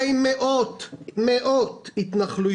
הרי מאות התנחלויות,